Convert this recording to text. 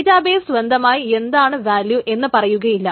database സ്വന്തമായി എന്താണ് value എന്ന് പറയുകയില്ല